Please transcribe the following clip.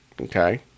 okay